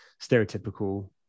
stereotypical